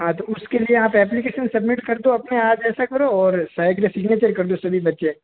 हाँ तो उसके लिए आप एप्लीकेशन सबमिट कर दो अपने आप ऐसा करो और साइड में सिग्नेचर कर दो सभी बच्चे